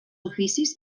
oficis